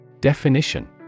Definition